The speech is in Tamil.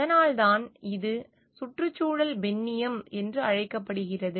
அதனால்தான் இது சுற்றுச்சூழல் பெண்ணியம் என்று அழைக்கப்படுகிறது